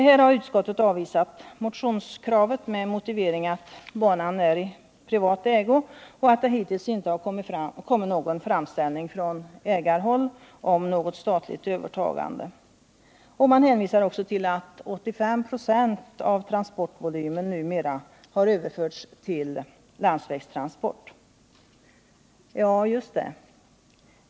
Här har utskottet avvisat motionskravet med motivering att banan är i privat ägo och att det hittills inte har kommit någon framställning från ägarhåll om ett statligt övertagande. Man hänvisar också till att 85 96 av transportvolymen numera överförts till landsvägstransport. Ja, just det!